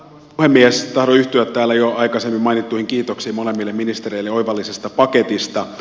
tahdon yhtyä täällä jo aikaisemmin mainittuihin kiitoksiin molemmille ministereille oivallisesta paketista